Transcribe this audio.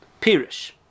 Pirish